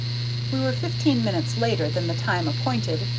we were fifteen minutes later than the time appointed,